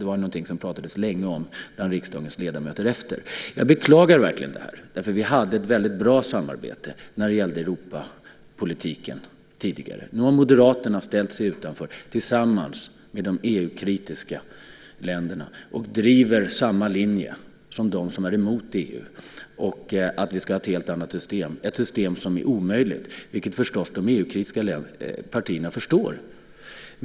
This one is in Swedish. Det pratades efteråt länge om detta bland riksdagens ledamöter. Jag beklagar verkligen det här, för vi hade tidigare ett väldigt bra samarbete när det gällde Europapolitiken. Nu har Moderaterna ställt sig utanför tillsammans med de EU-kritiska partierna och driver samma linje som de som är emot EU att vi ska ha ett helt annat system, ett system som är omöjligt, vilket förstås de EU-kritiska partierna inser.